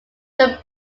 them